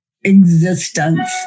existence